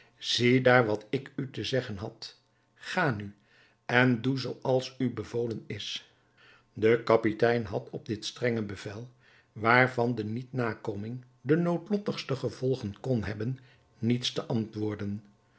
ziedaar wat ik u te zeggen had ga nu en doe zooals u bevolen is de kapitein had op dit strenge bevel waarvan de niet nakoming de noodlottigste gevolgen kon hebben niets te antwoorden